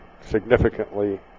significantly